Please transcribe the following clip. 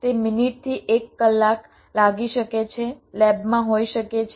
તે મિનિટથી એક કલાક લાગી શકે છે લેબમાં હોઈ શકે છે